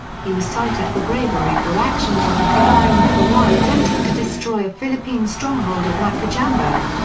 he was cited for bravery for actions on the cagayan river while attempting to destroy a philippine stronghold at macajambo.